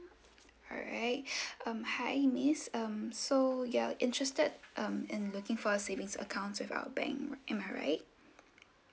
alright um hi miss um so you're interested um in looking for savings accounts with our bank am I right